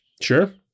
Sure